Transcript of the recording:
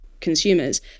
consumers